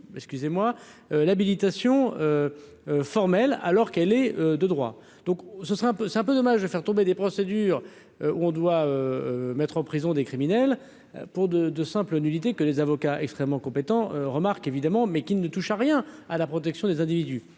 l'habilitation formelle, alors qu'elle est de droit. Donc ce serait un peu, c'est un peu dommage de faire tomber des procédures où on doit mettre en prison des criminels pour de de simple nudité, que les avocats extrêmement compétent, remarque évidemment, mais qui ne touche à rien, à la protection des individus